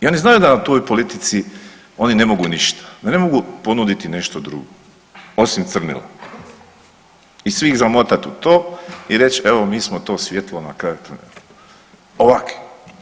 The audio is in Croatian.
I oni znaju da na toj politici ne mogu ništa, da ne mogu ponuditi nešto drugo osim crnila i svih zamotati u to i reći evo mi smo to svjetlo na kraju tunela ovakvi.